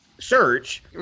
Search